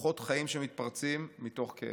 כוחות חיים שמתפרצים מתוך כאב.